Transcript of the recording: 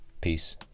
Peace